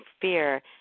fear